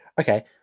Okay